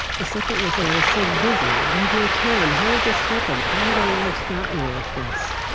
the second was that i was so busy. i had no time. how had this happened? how had our lives gotten like this?